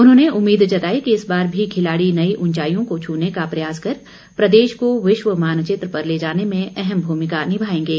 उन्होंने उम्मीद जताई कि इस बार भी खिलाड़ी नई ऊंचाईयों को छूने का प्रयास कर प्रदेश को विश्व मानचित्र पर ले जाने में अहम भूमिका निभाएंगे